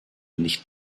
nicht